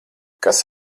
kas